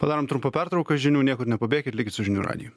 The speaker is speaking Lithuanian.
padarom trumpą pertrauką žinių niekur nepabėkit likit su žinių radiju